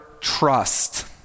trust